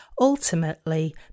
Ultimately